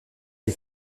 des